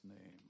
name